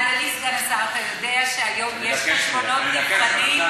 אדוני סגן השר, אתה יודע שהיום יש חשבונות נפרדים?